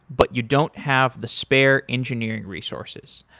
but you don't have the spare engineering resources.